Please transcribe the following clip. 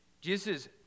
Jesus